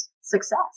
success